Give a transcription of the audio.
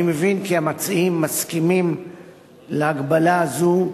אני מבין כי המציעים מסכימים להגבלה הזו.